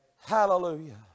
Hallelujah